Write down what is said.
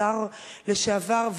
השר לשעבר,